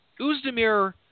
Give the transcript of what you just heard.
Uzdemir